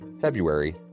February